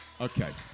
Okay